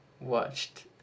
watched